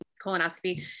colonoscopy